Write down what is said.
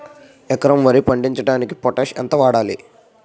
ఎకరం వరి పండించటానికి పొటాష్ ఎంత వాడాలి?